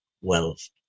wealth